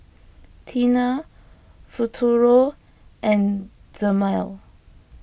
Tena Futuro and Dermale